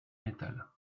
métal